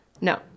No